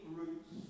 roots